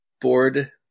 board